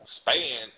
span